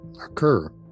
occur